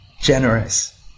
generous